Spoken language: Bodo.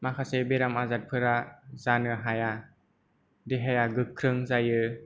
माखासे बेराम आजारफोरा जानो हाया देहाया गोख्रों जायो